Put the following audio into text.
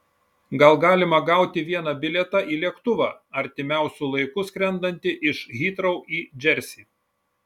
gal galima gauti vieną bilietą į lėktuvą artimiausiu laiku skrendantį iš hitrou į džersį